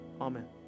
Amen